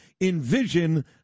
envision